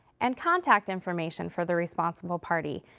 and contact information for the responsible party,